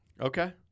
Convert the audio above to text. Okay